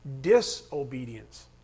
disobedience